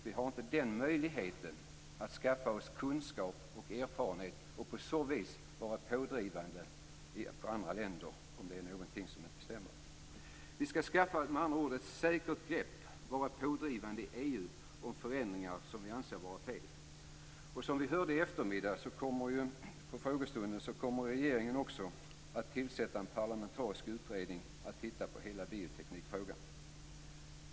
Vi har inte möjligheten att skaffa oss kunskap och erfarenhet och på så vis vara pådrivande på andra länder om någonting inte stämmer. Vi skall med andra ord skaffa ett säkert grepp, vara pådrivande i EU när det gäller förändringar som vi anser vara fel. Som vi hörde i eftermiddags på frågestunden kommer regeringen också att tillsätta en parlamentarisk utredning som skall titta på hela bioteknikfrågan.